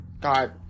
God